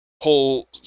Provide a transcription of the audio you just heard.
whole